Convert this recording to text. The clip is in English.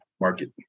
market